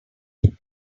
maybe